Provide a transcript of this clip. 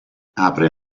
apre